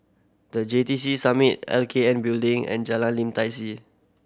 The J T C Summit L K N Building and Jalan Lim Tai See